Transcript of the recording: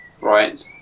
Right